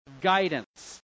guidance